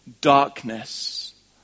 darkness